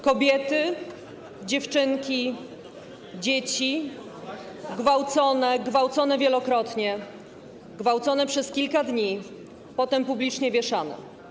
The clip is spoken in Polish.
Kobiety, dziewczynki, dzieci gwałcone - gwałcone wielokrotnie, gwałcone przez kilka dni, potem publicznie wieszane.